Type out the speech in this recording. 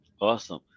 Awesome